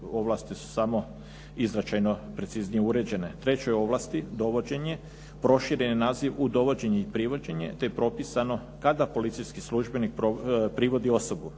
ovlasti su samo i značajno preciznije uređene. Trećoj ovlasti dovođenje proširen je naziv u dovođenje i privođenje te je propisano kada policijski službenik privodi osobu.